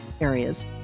areas